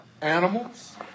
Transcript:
animals